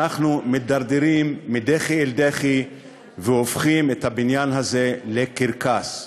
אנחנו מידרדרים מדחי אל דחי והופכים את הבניין הזה לקרקס.